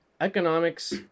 Economics